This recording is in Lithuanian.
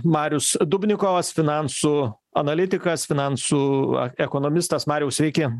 marius dubnikovas finansų analitikas finansų ekonomistas mariau sveiki